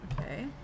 Okay